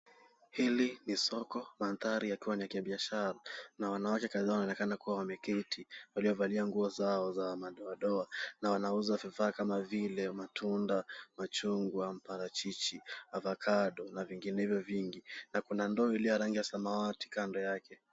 Hili ni soko, mandhari yakiwa ni ya kibiashara na wanawake kadhaa wanaonekana kuwa wameketi, waliovalia nguo zao za madoadoa na wanauza vifaa kama vile matunda, machungwa, parachichi, avocado na vinginevyo vingi na kuna ndoo iliyo ya rangi ya samawati kando yake.